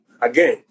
Again